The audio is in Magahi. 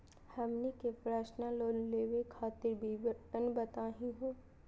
हमनी के पर्सनल लोन लेवे खातीर विवरण बताही हो?